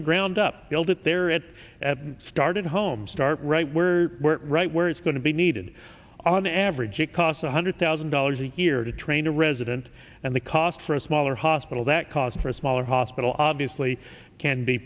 the ground up build it there it started home start right we're right where it's going to be needed on average it costs one hundred thousand dollars a year to two rayna resident and the cost for a smaller hospital that cost for a smaller hospital obviously can be